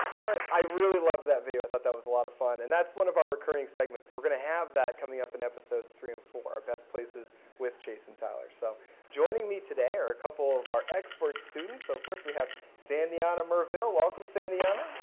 i really loved that video, thought that was a lot of fun. and that's one of our recurring segments. we will have that coming up in episodes three and four, our best places with chase and tyler. so joining me today are a couple of our expert students. so first we have sandiana mervil. welcome, sandiana.